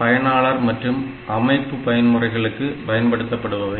பயனாளர் மற்றும் அமைப்பு பயன்முறைகளுக்கு பயன்படுத்தப்படுபவை